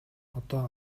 одоо